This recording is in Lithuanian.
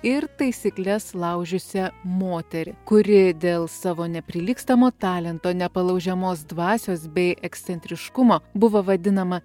ir taisykles laužiusią moterį kuri dėl savo neprilygstamo talento nepalaužiamos dvasios bei ekscentriškumo buvo vadinama